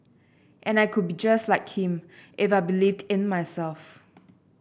and I could be just like him if I believed in myself